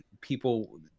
people